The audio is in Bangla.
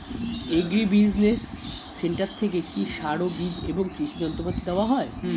এগ্রি বিজিনেস সেন্টার থেকে কি সার ও বিজ এবং কৃষি যন্ত্র পাতি দেওয়া হয়?